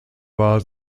war